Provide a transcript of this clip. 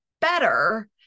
better